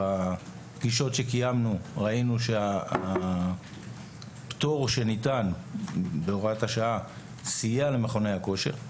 בפגישות שקיימנו ראינו שהפטור שניתן בהוראת השעה סייע למכוני הכושר,